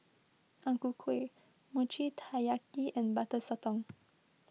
Ang Ku Kueh Mochi Taiyaki and Butter Sotong